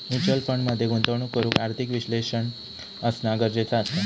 mutual fund मध्ये गुंतवणूक करूक आर्थिक विश्लेषक असना गरजेचा असा